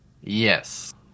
Yes